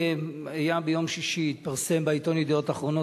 ביום שישי התפרסם בעיתון "ידיעות אחרונות"